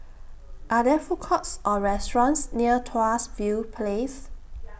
Are There Food Courts Or restaurants near Tuas View Place